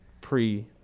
pre